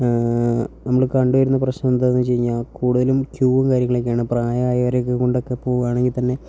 നമ്മൾ കണ്ടുവരുന്ന പ്രശ്നം എന്താണെന്ന് വച്ചു കഴിഞ്ഞാൽ കൂടുതലും ക്യൂവും കാര്യങ്ങളൊക്കെയാണ് പ്രായമായവരൊക്കെ കൊണ്ടൊക്കെ പോവുകയാണെങ്കിൽത്തന്നെ